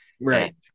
right